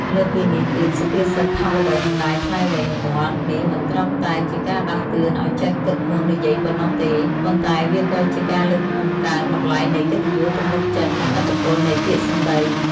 លើសពីនេះទៀត សុភាសិត "ថោកអ្វីនឹងដៃ ថ្លៃអ្វីនឹងមាត់"នេះមិនត្រឹមតែជាការដាស់តឿនឱ្យចេះគិតមុននិយាយប៉ុណ្ណោះទេ ប៉ុន្តែវាក៏ជាការលើកតម្កើងតម្លៃនៃកិត្តិយស ទំនុកចិត្ត និងឥទ្ធិពលនៃពាក្យសម្ដី។